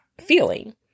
feeling